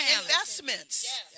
investments